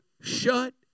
shut